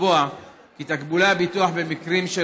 ולקבוע כי תקבולי הביטוח במקרים של